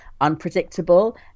unpredictable